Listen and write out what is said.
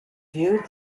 viewed